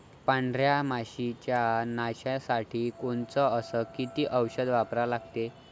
पांढऱ्या माशी च्या नाशा साठी कोनचं अस किती औषध वापरा लागते?